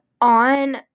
on